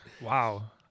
wow